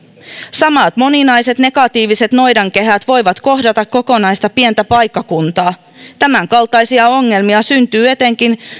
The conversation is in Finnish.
samat moninaiset negatiiviset noidankehät voivat kohdata kokonaista pientä paikkakuntaa tämän kaltaisia ongelmia syntyy etenkin